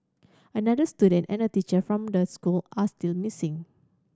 another student and a teacher from the school are still missing